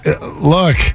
Look